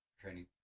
training